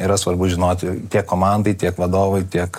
yra svarbu žinoti tiek komandai tiek vadovui tiek